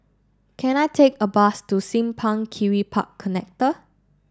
can I take a bus to Simpang Kiri Park Connector